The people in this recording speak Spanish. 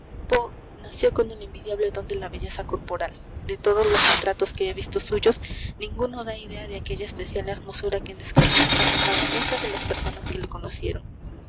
nació con el envidiable dón de la belleza corporal de todos los retratos que he visto suyos ninguno da idea de aquella especial hermosura que en descripciones han dejado muchas de las personas que le conocieron